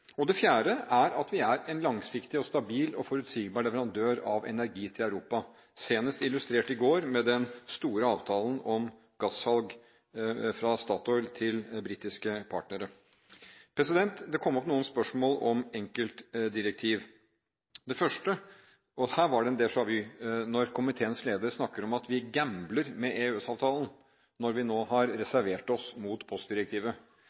til. Det fjerde er at vi er en langsiktig, stabil og forutsigbar leverandør av energi til Europa, senest illustrert i går med den store avtalen om gassalg fra Statoil til britiske partnere. Det kom opp noen spørsmål om enkeltdirektiv. Det første – og her var det déjà vu – er at komiteens leder snakker om at vi gambler med EØS-avtalen når vi nå har reservert oss mot postdirektivet.